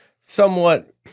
somewhat